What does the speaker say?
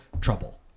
trouble